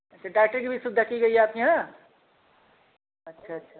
अच्छा डॉक्टर की भी सुविधा की गई है आपके यहाँ अच्छा अच्छा